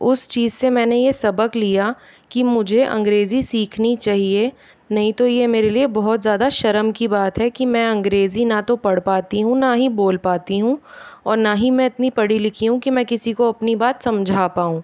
उस चीज़ से मैंने ये सबक लिया कि मुझे अंग्रेजी सीखनी चाहिए नहीं तो ये मेरे लिए बहुत ज्यादा शर्म की बात है कि मैं अंग्रेजी ना तो पढ़ पाती हूँ ना ही बोल पाती हूँ और ना ही मैं इतनी पढ़ी लिखी हूँ कि किसी को अपनी बात समझा पाऊं